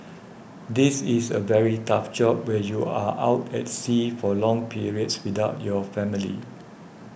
this is a very tough job where you are out at sea for long periods without your family